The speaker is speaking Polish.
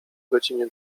godzinie